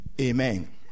Amen